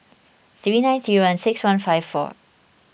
three nine three one six one five four